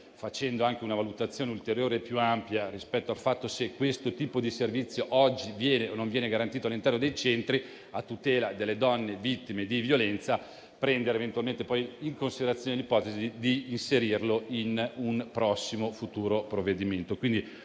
facendo anche una valutazione ulteriore e più ampia per capire se questo servizio oggi viene o non viene garantito all'interno dei centri, a tutela delle donne vittime di violenza ed eventualmente di prendere in considerazione l'ipotesi di inserirlo in un futuro provvedimento.